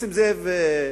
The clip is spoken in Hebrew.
נסים זאב,